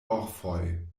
orfoj